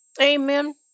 Amen